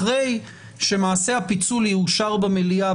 אחרי שהפיצול יאושר במליאה,